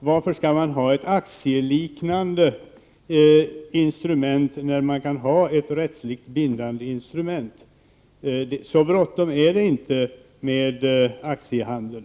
Varför skall man ha ett aktieliknande instrument när man kan ha rättsligt bindande instrument? Så bråttom är det inte med aktiehandeln.